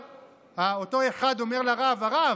אותו אחד אומר לרב: הרב,